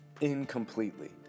incompletely